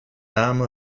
dame